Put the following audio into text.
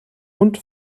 und